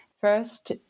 First